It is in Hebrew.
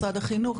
משרד החינוך,